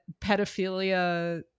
pedophilia